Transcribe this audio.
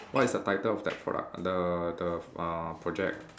what is the title of the product the the uh project